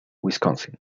wisconsin